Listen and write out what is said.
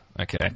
Okay